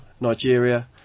Nigeria